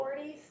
40s